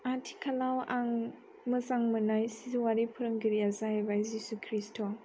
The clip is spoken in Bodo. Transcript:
आथिखालाव आं मोजां मोननाय सिजौआरि फोरोंगिरिया जाहैबाय जिशु ख्रिष्ट'